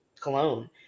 cologne